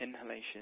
inhalation